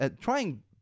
trying